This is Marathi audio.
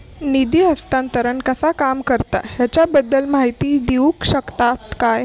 निधी हस्तांतरण कसा काम करता ह्याच्या बद्दल माहिती दिउक शकतात काय?